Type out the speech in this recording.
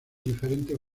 diferentes